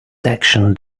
section